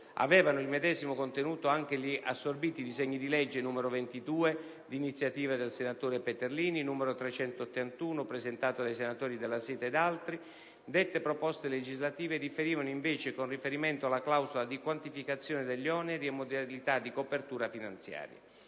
Avevano il medesimo contenuto anche gli assorbiti disegni di legge n. 22, d'iniziativa dei senatori Peterlini e altri, e n. 381, presentato dai senatori Della Seta ed altri. Dette proposte legislative differivano invece con riferimento alla clausola di quantificazione degli oneri e modalità di copertura finanziaria.